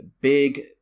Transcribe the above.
Big